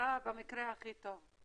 ההכשרה במקרה הכי טוב.